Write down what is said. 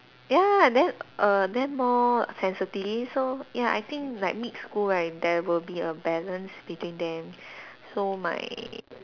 ya then err then more sensitive so ya I think like mix school right there will be a balance between them so my